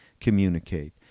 communicate